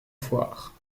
foire